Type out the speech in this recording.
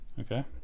Okay